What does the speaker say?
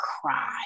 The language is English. cry